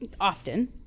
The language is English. often